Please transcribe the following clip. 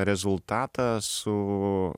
rezultatą su